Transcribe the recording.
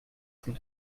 von